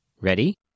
Ready